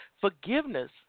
Forgiveness